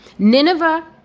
Nineveh